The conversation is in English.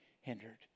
hindered